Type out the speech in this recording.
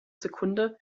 sekunde